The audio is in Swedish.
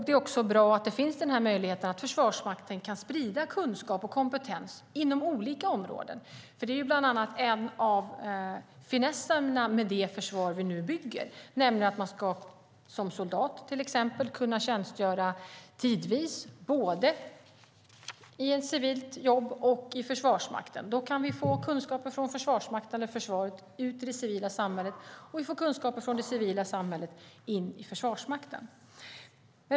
Det är också bra att den möjligheten finns för Försvarsmakten att sprida kunskap och kompetens inom olika områden. En av finesserna med det försvar vi nu bygger är att man som soldat till exempel ska kunna tjänstgöra tidvis både i ett civilt jobb och i Försvarsmakten. Då kan vi få kunskaper från Försvarsmakten ut i det civila samhället, och vi får kunskaper från det civila samhället in i Försvarsmakten.